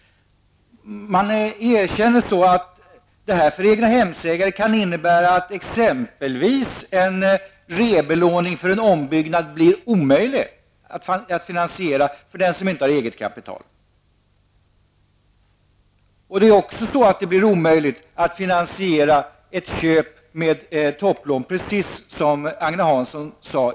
Man erkänner så att detta för egnahemsägare kan innebära att exempelvis en rebelåning för en ombyggnad blir omöjlig att finansiera för den som inte har eget kapital. Det blir också, som Agne Hansson sade, omöjligt att finansiera ett köp med topplån.